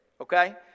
Okay